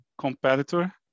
competitor